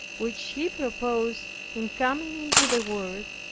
which he proposed in coming into the world,